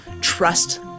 trust